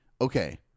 okay